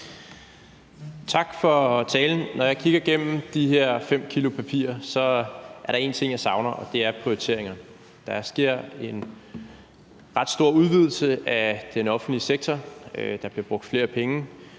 Tak for talen. Når jeg kigger de her 5 kg papirer igennem, er der én ting, jeg savner, og det er prioriteringer. Der sker en ret stor udvidelse af den offentlige sektor, der bliver brugt flere penge,